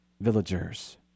villagers